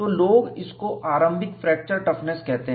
तो लोग इसको आरंभिक फ्रैक्चर टफनेस कहते हैं